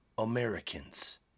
Americans